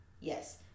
Yes